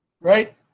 right